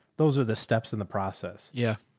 those are the steps in the process. yeah.